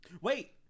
Wait